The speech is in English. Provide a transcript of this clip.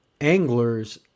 anglers